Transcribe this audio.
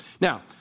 Now